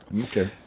Okay